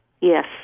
Yes